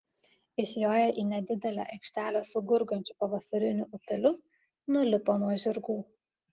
išjoję į nedidelę aikštelę su gurgančiu pavasariniu upeliu nulipo nuo žirgų